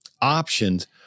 options